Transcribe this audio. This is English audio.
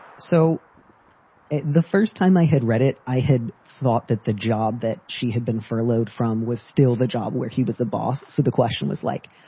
so the first time i had read it, i had thought that the job that she had been furloughed from was still the job where he was the boss. so the question was like,